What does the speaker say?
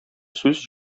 сүз